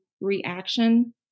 reaction